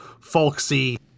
folksy